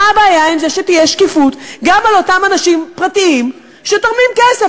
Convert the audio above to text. מה הבעיה עם זה שתהיה שקיפות גם לגבי אותם אנשים פרטיים שתורמים כסף?